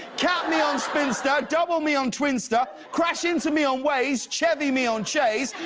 cat me on spinster, double me on twinster, crash into me on waze, chevy me on chaze,